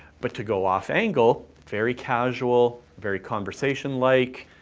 but to go off-angle, very casual, very conversation-like,